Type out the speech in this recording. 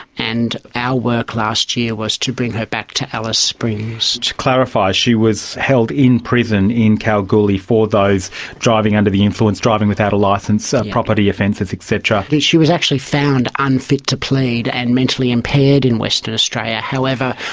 and our work last year was to bring her back to alice springs. to clarify, she was held in prison in kalgoorlie for those driving under the influence, driving without a licence, and so property offences et cetera. she was actually found unfit to plead and mentally impaired in western australia. however,